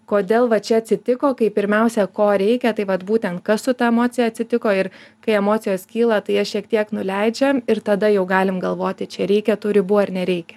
kodėl va čia atsitiko kaip pirmiausia ko reikia tai vat būtent kas su ta emocija atsitiko ir kai emocijos kyla tai jie šiek tiek nuleidžia ir tada jau galim galvoti čia reikia tų ribų ar nereikia